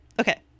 Okay